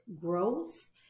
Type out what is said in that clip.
growth